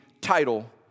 title